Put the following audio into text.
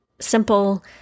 simple